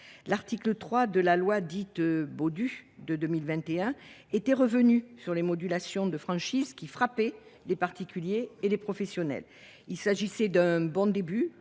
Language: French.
article 3, la loi Baudu était revenue sur les modulations de franchise qui frappaient les particuliers et les professionnels. C’était un bon début,